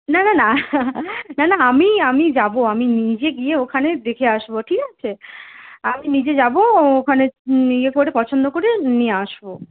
না না না না না আমি আমি যাব আমি নিজে গিয়ে ওখানে দেখে আসব ঠিক আছে আমি নিজে যাব ওখানে নিয়ে পরে পছন্দ করে নিয়ে আসব